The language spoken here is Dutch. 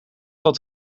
dat